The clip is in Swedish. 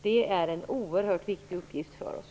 Det är en oerhört viktig uppgift för oss.